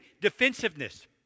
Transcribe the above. defensiveness